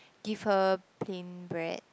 give her plain bread